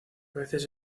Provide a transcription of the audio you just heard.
veces